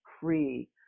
free